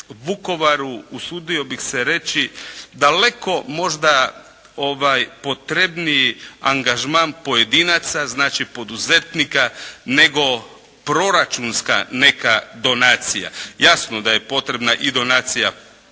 Vukovaru, usudio bih se reći, daleko možda potrebniji angažman pojedinaca znači poduzetnika nego proračunska neka donacija. Jasno da je potrebna i donacija iz